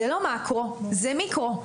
זה לא מאקרו; זה מיקרו.